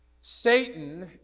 Satan